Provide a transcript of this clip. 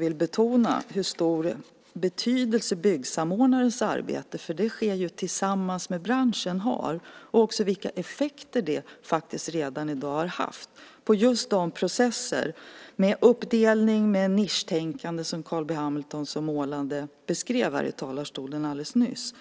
vill jag betona vilken betydelse byggsamordnarens arbete har. Det sker ju tillsammans med branschen. Jag vill också framhålla de effekter detta arbete redan i dag har haft på just de processer med uppdelning och nischtänkande som Carl B Hamilton så målande beskrev alldeles nyss.